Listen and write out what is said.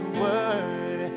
word